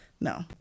no